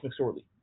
McSorley